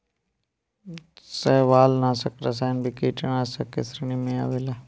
शैवालनाशक रसायन भी कीटनाशाक के श्रेणी में ही आवेला